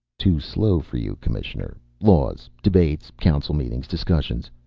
too slow for you, commissioner? laws, debates, council meetings, discussions.